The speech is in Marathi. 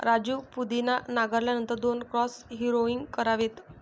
राजू पुदिना नांगरल्यानंतर दोन क्रॉस हॅरोइंग करावेत